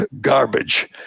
garbage